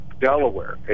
Delaware